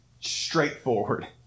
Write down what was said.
straightforward